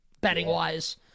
betting-wise